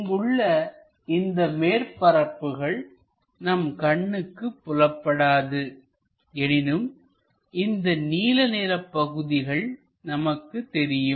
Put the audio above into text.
இங்குள்ள இந்த மேற்பரப்புகள் நம் கண்ணுக்குப் புலப்படாதுஎனினும் இந்த நீல நிற பகுதிகள் நமக்குத் தெரியும்